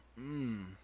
Mmm